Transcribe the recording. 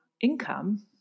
income